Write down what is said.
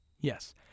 Yes